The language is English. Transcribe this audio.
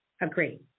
Agreed